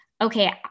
okay